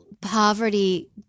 poverty